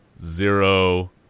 Zero